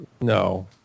No